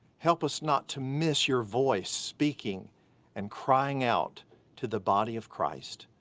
help us not to miss your voice speaking and crying out to the body of christ,